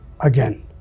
again